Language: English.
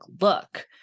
look